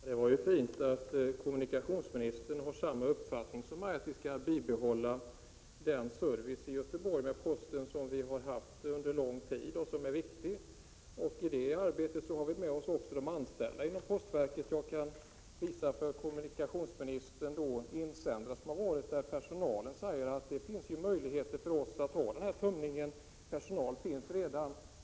Herr talman! Det var ju fint att kommunikationsministern har samma uppfattning som jag, nämligen att vi skall bibehålla den service från postverket som vi har haft under lång tid och som är viktig. I det arbetet har vi stöd också från de anställda inom postverket. Jag kan visa kommunikationsministern insändare i tidningar där personalen säger att man har möjlighet att fortsätta med samma tömning som tidigare. Personal finns redan.